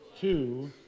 two